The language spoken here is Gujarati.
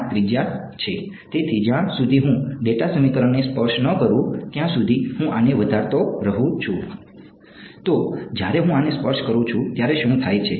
5 ત્રિજ્યા છે તેથી જ્યાં સુધી હું ડેટા સમીકરણને સ્પર્શ ન કરું ત્યાં સુધી હું આને વધારતો રહું છું તો જ્યારે હું આને સ્પર્શ કરું છું ત્યારે શું થાય છે